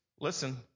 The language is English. listen